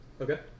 Okay